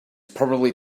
probably